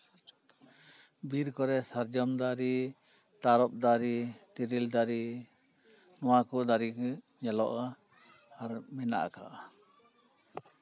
ᱵᱤᱨ ᱠᱚᱨᱮ ᱥᱟᱨᱡᱚᱢ ᱫᱟᱨᱮ ᱛᱟᱨᱚᱯ ᱫᱟᱨᱮ ᱛᱮᱨᱮᱞ ᱫᱟᱨᱮ ᱱᱚᱣᱟ ᱠᱚ ᱫᱟᱨᱮ ᱜᱮ ᱧᱮᱞᱚᱜᱼᱟ ᱟᱨ ᱢᱮᱱᱟᱜ ᱟᱠᱟᱫᱟ